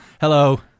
Hello